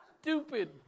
stupid